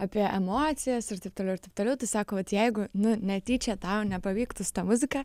apie emocijas ir taip toliau ir taip toliau tai sako vat jeigu nu netyčia tau nepavyktų su ta muzika